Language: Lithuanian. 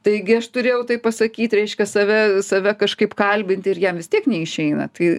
taigi aš turėjau tai pasakyt reiškia save save kažkaip kalbinti ir jam vis tiek neišeina tai